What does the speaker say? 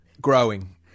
Growing